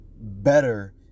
better